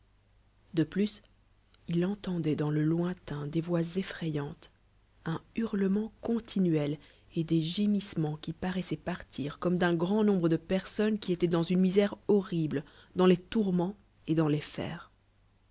de plus il entendoit dans le lointain des voit effrayantes on hurlement continuel et desgémissements qui paroissoient partir comme d'un grand nombre de personnes qui étoient dans une misère horrible dans les tourments et dans les